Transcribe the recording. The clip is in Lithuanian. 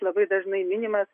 labai dažnai minimas